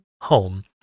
home